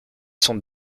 sont